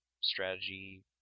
strategy